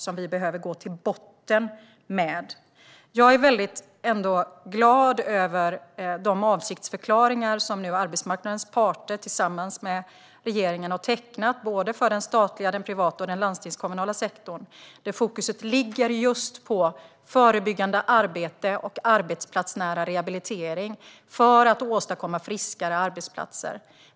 Detta behöver vi gå till botten med. Jag är ändå väldigt glad över de avsiktsförklaringar som arbetsmarknadens parter tillsammans med regeringen nu har tecknat för den statliga, den privata och den landstingskommunala sektorn, där fokus ligger just på förebyggande arbete och arbetsplatsnära rehabilitering för att åstadkomna friskare arbetsplatser.